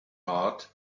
heart